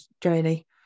journey